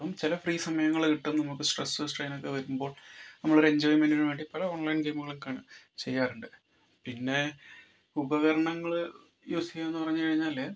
അപ്പം ചില ഫ്രീ സമയങ്ങൾ കിട്ടും നമുക്ക് സ്ട്രെസ്സ് സ്ട്രെയിനൊക്കെ വരുമ്പോൾ നമ്മൾ ഒരു എഞ്ചോയ്മെൻ്റിനു വേണ്ടി പല ഓൺലൈൻ ഗെയിമുകളും ചെയ്യാറുണ്ട് പിന്നെ ഉപകരണങ്ങൾ യൂസ് ചെയ്യും എന്ന് പറഞ്ഞു കഴിഞ്ഞാൽ